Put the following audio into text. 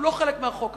הוא לא חלק מהחוק הזה.